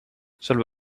zullen